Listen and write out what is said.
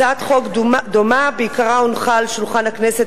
הצעת חוק דומה בעיקרה הונחה על שולחן הכנסת